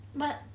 but